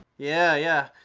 yeah, yeah.